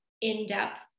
in-depth